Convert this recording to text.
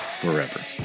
forever